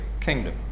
kingdom